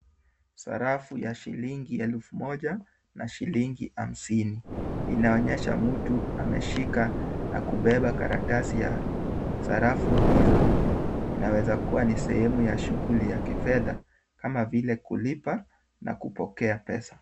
Sarafu ya shilingi elfu moja na shilingi hamsini inaonyesha mtu ameshika na kubeba karatasi ya sarafu hizo. Inaweza kuwa ni sehemu ya shughuli ya kifedha kama vile kulipa na kupokea pesa.